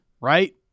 right